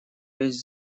весь